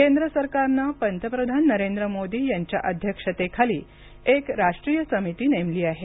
केंद्र सरकारने पंतप्रधान नरेंद्र मोदी यांच्या अध्यक्षतेखाली एक राष्ट्रीय समिती नेमली आहे